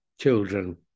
children